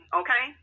okay